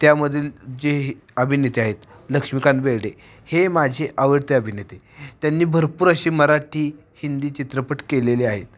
त्यामधील जे हे अभिनेते आहेत लक्ष्मीकांत बेर्डे हे माझे आवडते अभिनेते त्यांनी भरपूर असे मराठी हिंदी चित्रपट केलेले आहेत